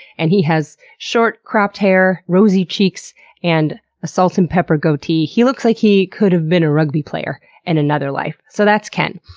and he has short, cropped hair, rosy cheeks and a salt and pepper goatee. he looks like he could have been a rugby player in another life. so that's ken.